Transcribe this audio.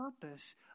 purpose